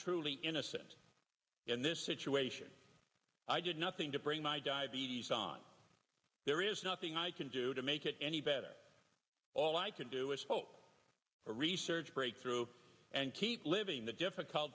truly innocent in this situation i did nothing to bring my diabetes on there is nothing i can do to make it any better all i can do is hope for research breakthrough and keep living the difficult